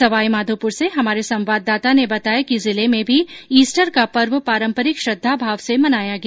सवाईमाधोपुर से हमारे संवाददाता ने बताया कि जिले में भी ईस्टर का पर्व पारम्परिक श्रद्धाभाव से मनाया गया